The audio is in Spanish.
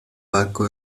banco